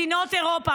מדינות אירופה,